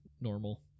normal